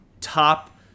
top